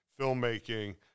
filmmaking